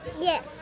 yes